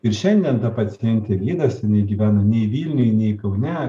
ir šiandien ta pacientė gydosi jinai gyvena nei vilniuj nei kaune